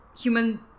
Human